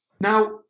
Now